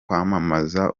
kwamamaza